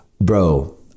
bro